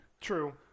true